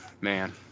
Man